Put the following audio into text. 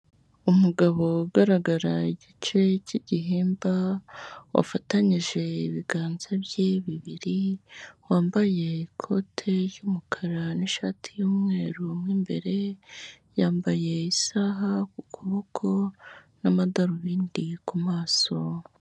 Umugabo ugaragara igice cy'igihimba wafatanyije ibiganza bye bibiri, wambaye ikote ry'umukara n'ishati y'umweru mu imbere, yambaye isaha ku kuboko n'amadarubindi ku maso.